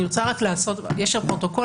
יש פרוטוקול,